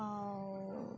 ଆଉ